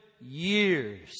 years